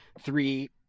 Three